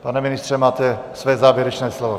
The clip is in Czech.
Pane ministře, máte své závěrečné slovo.